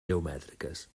geomètriques